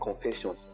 confession